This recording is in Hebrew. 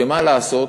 שמה לעשות,